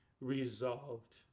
resolved